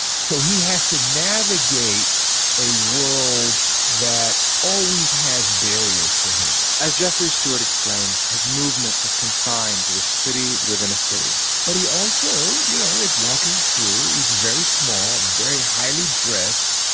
so he has to navigate a world that always has barriers for him as jeffrey stewart explains, his movement was confined to the city within a city but he also, you know, is walking through. he's very small, very highly dressed,